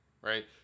right